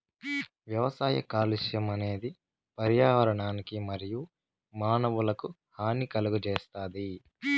వ్యవసాయ కాలుష్యం అనేది పర్యావరణానికి మరియు మానవులకు హాని కలుగజేస్తాది